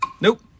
Nope